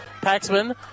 Paxman